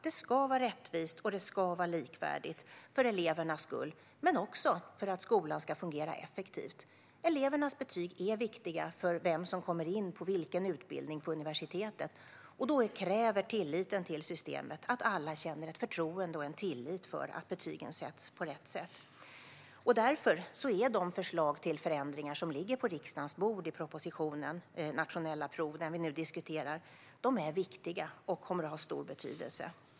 Det ska vara rättvist, och det ska vara likvärdigt - för elevernas skull men också för att skolan ska fungera effektivt. Elevernas betyg är viktiga för vem som kommer in på utbildningarna på universitetet. Då krävs det tillit till systemet, att alla känner förtroende för och tillit till att betygen sätts på rätt sätt. Därför är de förslag på förändringar som ligger på riksdagens bord i propositionen om nationella prov, som vi nu diskuterar, viktiga och kommer att ha stor betydelse.